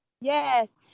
yes